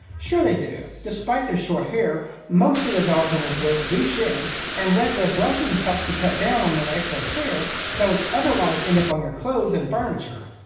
sure they dog. despite their short hair, most of the dogs on this list do shed and regular brushing helps to cut down on that excess hair that would otherwise end up on your clothes and furniture.